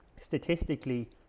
statistically